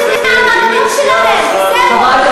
אנחנו רוצים להתרחק,